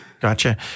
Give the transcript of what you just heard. Gotcha